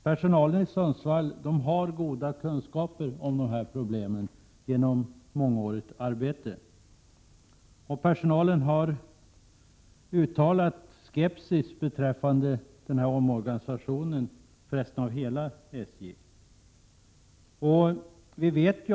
Personalen i Sundsvall har genom mångårigt arbete goda kunskaper om dessa problem. Personalen har uttalat skepsis beträffande omorganisationen av hela SJ.